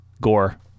gore